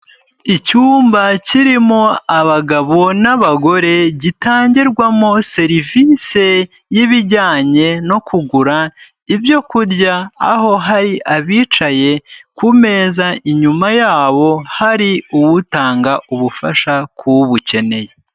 Icyumba kirimo abagabo n'abagore, gitangirwamo serivisi y'ibijyanye no kugura ibyo kurya, aho hari abicaye ku meza, inyuma yabo hari utanga ubufasha k'ubukeneye.